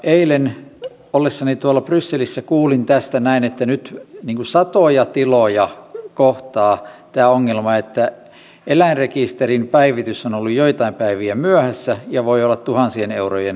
eilen ollessani tuolla brysselissä kuulin tästä näin että nyt satoja tiloja kohtaa tämä ongelma että eläinrekisterin päivitys on ollut joitain päiviä myöhässä ja voi olla tuhansien eurojen sanktioista kyse